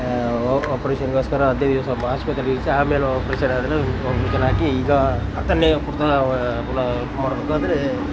ಆಪ್ರೇಷನ್ಗೋಸ್ಕರ ಹದಿನೈದು ದಿವಸ ಆಸ್ಪಿಟಲ್ ಅಲ್ಲಿ ಈಗ ಪುನಃ ಮಾಡ್ಬೇಕಂದರೆ